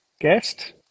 guest